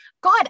God